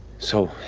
so